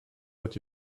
what